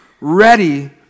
ready